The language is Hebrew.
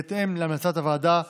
בהתאם להמלצת ועדת החוקה,